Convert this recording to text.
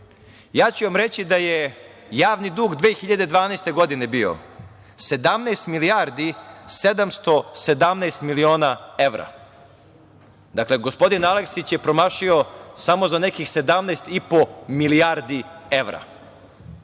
režima, reći da je javni dug 2021. godine bio 17 milijardi 717 miliona evra. Gospodin Aleksić je promašio samo za nekih 17,5 milijardi evra.